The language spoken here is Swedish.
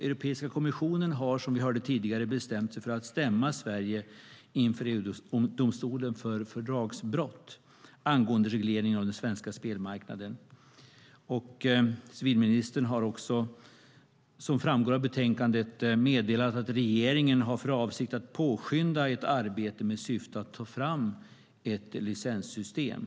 Europeiska kommissionen har bestämt sig för att stämma Sverige inför EU-domstolen för fördragsbrott angående regleringen av den svenska spelmarknaden. Civilministern har också, som framgår av betänkandet, meddelat att regeringen har för avsikt att påskynda ett arbete med syfte att ta fram ett licenssystem.